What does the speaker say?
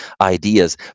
ideas